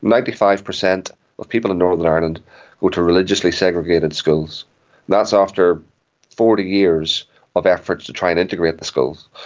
ninety-five per cent of people in northern ireland go to religiously segregated schools, and that's after forty years of efforts to try and integrate the schools.